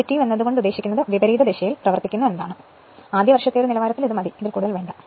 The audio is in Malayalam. നെഗറ്റീവ് എന്നത് കൊണ്ട് ഉദ്ദേശിക്കുന്നത് വിപരീത ദിശയിൽ പ്രവർത്തിക്കുന്നു എന്നാണ് ആദ്യവർഷത്തെ നിലവാരത്തിന് ഇതുമതി കൂടുതൽ വേണ്ട